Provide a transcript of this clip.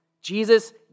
Jesus